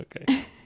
Okay